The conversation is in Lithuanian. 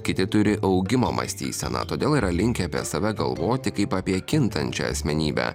kiti turi augimo mąstyseną todėl yra linkę apie save galvoti kaip apie kintančią asmenybę